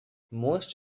most